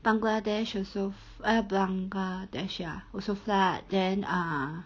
bangladesh also f~ ah bangladesh ya also flood then ah